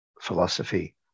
philosophy